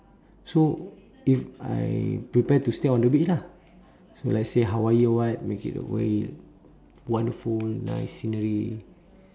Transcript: so if I prepare to stay on the beach lah so let's say hawaii or what make it hawaii wonderful nice scenery